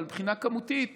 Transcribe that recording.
אבל מבחינה כמותית